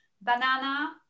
banana